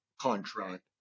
contract